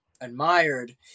admired